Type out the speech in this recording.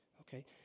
okay